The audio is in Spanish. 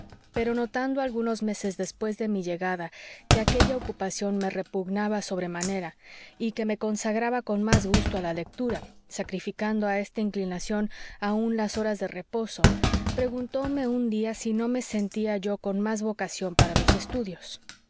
pero notando algunos meses después de mi llegada que aquella ocupación me repugnaba sobre manera y que me consagraba con más gusto a la lectura sacrificando a esta inclinación aun las horas de reposo preguntóme un día si no me sentía yo con más vocación para los estudios